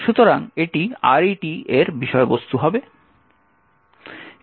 সুতরাং এটি RET এর বিষয়বস্তু হবে